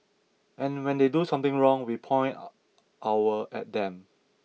and when they do something wrong we point our at them